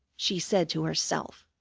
she said to herself.